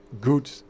good